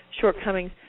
shortcomings